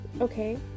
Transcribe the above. okay